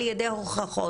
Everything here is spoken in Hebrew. על ידי הוכחות.